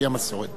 לפי המסורת.